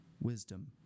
Wisdom